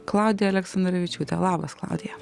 klaudija aleksandravičiūtė labas klaudija